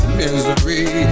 misery